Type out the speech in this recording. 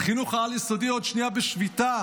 החינוך העל-יסודי עוד שנייה בשביתה,